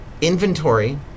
inventory